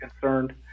concerned